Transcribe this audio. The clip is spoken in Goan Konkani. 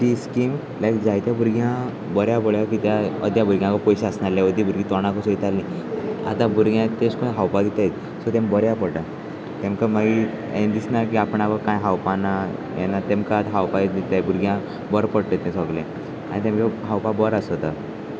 ती स्कीम लायक जायत्या भुरग्यांक बऱ्या पोडल्याो कित्याक अद्या भुरग्यांक पयशे आसनाले अदी भुरगीं तोंडाकू सोयतालीं आतां भुरग्यांक तेश कोन खावपाक दिताय सो तें बऱ्या पडटा तेंमकां मागीर हें दिसना की आपणक कांय खावपा ना हें ना तेमकां आतां खावपाक दिताय भुरग्यांक बरो पडटा तें सगलें आनी तेम खावपा बर आसो तो